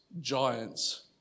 giants